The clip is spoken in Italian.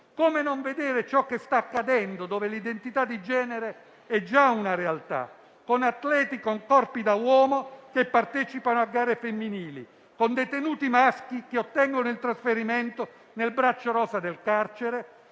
Come non vedere ciò che sta accadendo dove l'identità di genere è già una realtà, con atleti con corpi da uomo che partecipano a gare femminili, con detenuti maschi che ottengono il trasferimento nel braccio rosa del carcere?